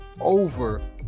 over